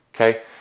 Okay